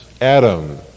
Adam